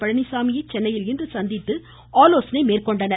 பழனிச்சாமியை சென்னையில் சந்தித்து ஆலோசனை மேற்கொண்டனர்